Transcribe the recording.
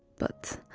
but